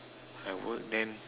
I work there